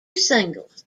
singles